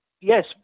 Yes